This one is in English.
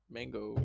Mango